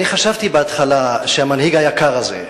חשבתי בהתחלה שהמנהיג היקר הזה,